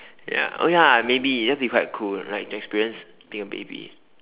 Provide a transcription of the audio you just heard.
ya oh ya maybe that will be quite cool right to experience being a baby